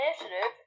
initiative